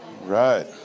Right